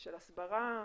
הסברה,